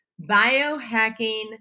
biohacking